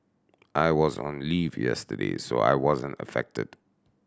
I was on leave yesterday so I wasn't affected